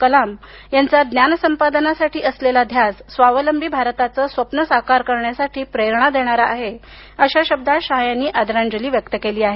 कलम यांचा ज्ञान संपादनासाठी असलेला ध्यास स्वावलंबी भारताचे स्वपण साकार करण्यासाठी प्रेरणा देणारा आहे अशा शब्दात शाह यांनी आदरांजली व्यक्त केली आहे